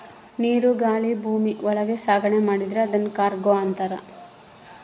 ನೀರು ಗಾಳಿ ಭೂಮಿ ಒಳಗ ಸಾಗಣೆ ಮಾಡಿದ್ರೆ ಅದುನ್ ಕಾರ್ಗೋ ಅಂತಾರ